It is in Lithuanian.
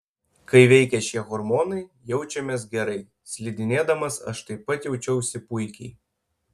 kai veikia šie hormonai jaučiamės gerai slidinėdamas aš taip pat jaučiausi puikiai